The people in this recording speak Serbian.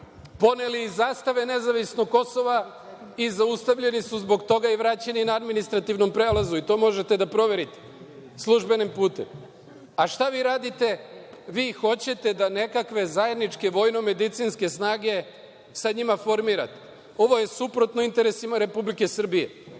poneli i zastave nezavisnog Kosova i zaustavljeni su zbog toga i vraćeni na administrativnom prelazu. To možete da proverite službenim putem.A šta vi radite? Vi hoćete da nekakve zajedničke vojno-medicinske snage sa njima formirate. Ovo je suprotno interesima Republike Srbije.